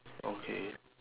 okay